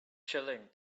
chilling